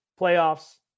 playoffs